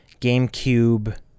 gamecube